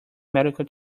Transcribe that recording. medical